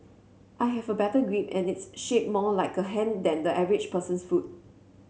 I have a better grip and it's shaped more like a hand than the average person's foot